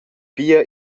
pia